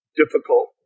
difficult